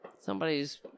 Somebody's